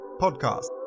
podcast